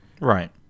Right